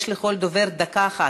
יש לכל דובר דקה אחת.